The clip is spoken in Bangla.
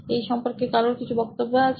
এই সম্পর্কে কারুর কি কোনো বক্তব্য আছে